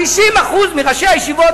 50% מראשי הישיבות,